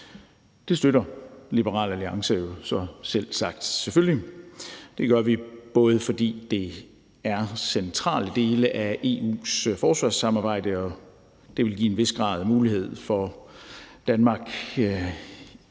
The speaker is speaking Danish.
Det støtter Liberal Alliance så selvfølgelig selvsagt. Det gør vi, både fordi det er centrale dele af EU's forsvarssamarbejde og det vil give Danmark en vis grad af mulighed for i